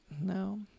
No